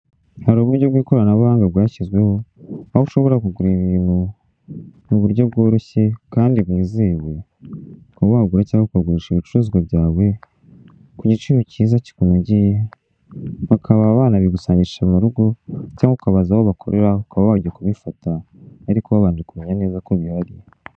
Hari uburyo bw'ikoranabuhanga bwashyizweho, aho ushobora kugura ibintu mu buryo bworoshye kandi bwizewe, ukaba wagura cyangwa ukagurisha ibicuruzwa byawe, ku giciro kiza kikunogeye, bakaba banabigusangisha mu rugo, cyangwa ukabaza aho bakorera ukaba wajya kubifata, ariko wabanje kumenya neza ko bihari.